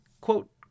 quote